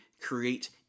create